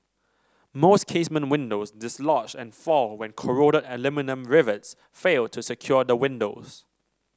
most casement windows dislodge and fall when corroded aluminium rivets fail to secure the windows